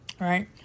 right